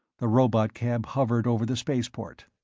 the robotcab hovered over the spaceport.